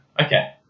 Okay